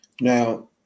Now